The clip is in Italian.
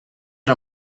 era